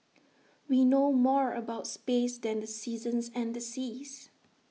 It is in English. we know more about space than the seasons and the seas